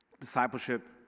discipleship